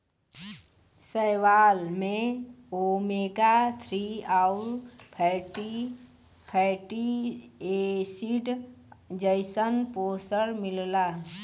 शैवाल में omega three आउर फैटी एसिड जइसन पोषण मिलला